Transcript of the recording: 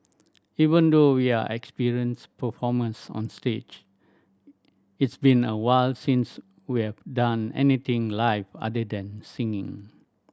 even though we are experienced performers on stage it's been a while since we have done anything live other than singing